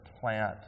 plant